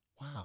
Wow